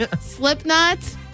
Slipknot